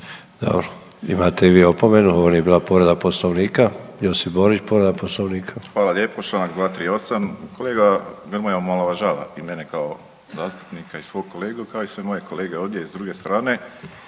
Dobro. Imate i vi opomenu. Ovo nije bila povreda Poslovnika. Josip Borić, povreda Poslovnika. **Borić, Josip (HDZ)** Hvala lijepo. Članak 238. Kolega Grmoja omalovažava i mene kao zastupnika i svog kolegu kao i sve moje kolege ovdje s druge strane,